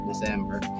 December